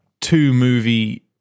two-movie